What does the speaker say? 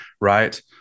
right